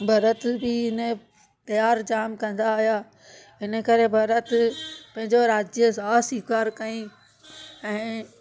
भरत बि हिन जो तयारु जाम कंदा हुया हिन करे भरत पंहिंजो राज्य साह स्वीकार कईं ऐं